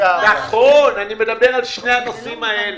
נכון, אני מדבר על שני הנושאים האלה.